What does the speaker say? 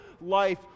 life